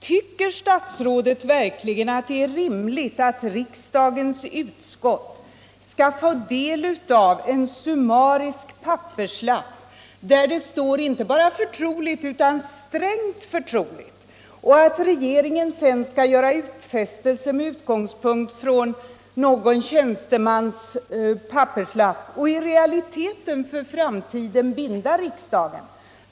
Tycker statsrådet verkligen att det är rimligt att riksdagens utskott skall få del av en summarisk papperslapp där det står inte bara ”förtroligt” utan ”strängt förtroligt”, och att regeringen sedan skall göra utfästelser med utgångspunkt i någon tjänstemans papperslapp och i realiteten för framtiden binda riksdagen?